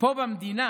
פה במדינה